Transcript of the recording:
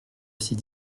ces